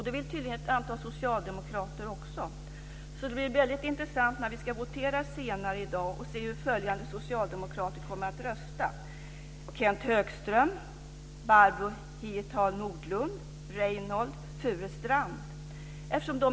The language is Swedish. Det vill tydligen ett antal socialdemokrater också, så det blir väldigt intressant när vi ska votera senare i dag att se hur följande socialdemokrater kommer att rösta: Kenth Högström, Barbro Hietala Nordlund och Reynoldh Furustrand.